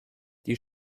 die